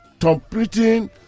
completing